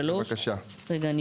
33. הוא